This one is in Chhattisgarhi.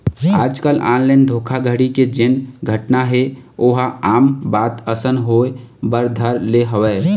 आजकल ऑनलाइन धोखाघड़ी के जेन घटना हे ओहा आम बात असन होय बर धर ले हवय